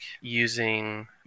using